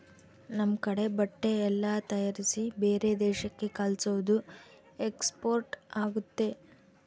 ನಮ್ ಕಡೆ ಬಟ್ಟೆ ಎಲ್ಲ ತಯಾರಿಸಿ ಬೇರೆ ದೇಶಕ್ಕೆ ಕಲ್ಸೋದು ಎಕ್ಸ್ಪೋರ್ಟ್ ಆಗುತ್ತೆ